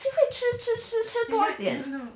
xin hui 吃吃吃吃多一点